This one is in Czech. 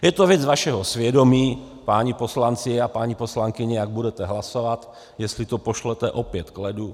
Je to věc vašeho svědomí, páni poslanci a paní poslankyně, jak budete hlasovat, jestli to pošlete opět k ledu.